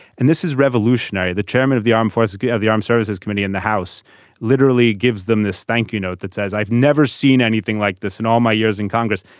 and this is revolutionary. the chairman of the armed forces of the armed services committee in the house literally gives them this thank you note that says i've never seen anything like this in all my years in congress.